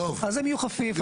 אז הם יהיו חפיף.